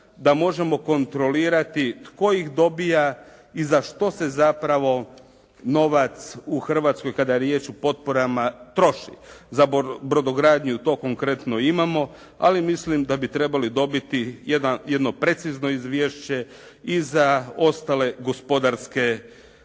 da možemo kontrolirati tko ih dobija i za što se zapravo novac u Hrvatskoj, kada je riječ o potporama, troši. Za brodogradnju, to konkretno imamo, ali mislim da bi trebali dobiti jedno precizno izvješće i za ostale gospodarske